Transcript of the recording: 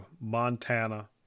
Montana